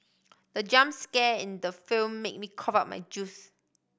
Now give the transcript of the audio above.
the jump scare in the film made me cough out my juice